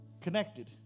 connected